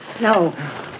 No